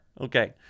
Okay